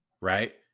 right